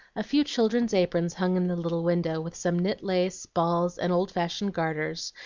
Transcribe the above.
a few children's aprons hung in the little window, with some knit lace, balls, and old-fashioned garters,